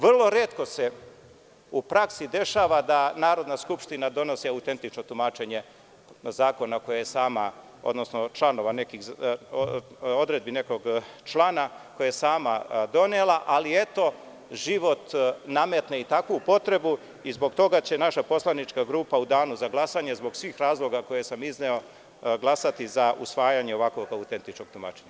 Vrlo retko se u praksi dešava da Narodna skupština donosi autentično tumačenje na odredbe nekog člana koji je sama donela, ali eto život nametne i takvu potrebu i zbog toga će naša poslanička grupa u Danu za glasanje, zbog svih razloga koje sam izneo, glasati za usvajanje ovakvog autentičnog tumačenja.